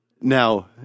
Now